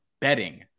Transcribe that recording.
betting